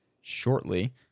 shortly